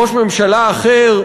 ראש ממשלה אחר,